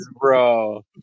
bro